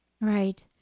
Right